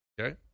Okay